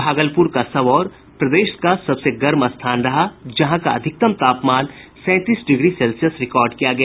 भागलपुर का सबौर प्रदेश का सबसे गर्म स्थान रहा जहां का अधिकतम तापमान सैंतीस डिग्री सेल्सियस रिकार्ड किया गया